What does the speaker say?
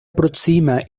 aproxima